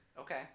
Okay